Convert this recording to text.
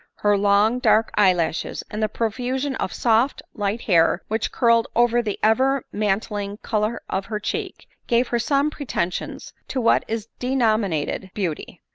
her long dark eyelashes, and the profusion of soft light hair which curled over the ever-mantling color of her cheek, gave her some pretensions to what is denominated beauty.